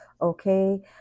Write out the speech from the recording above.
okay